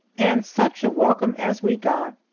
and such a welcome as we got!